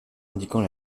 indiquant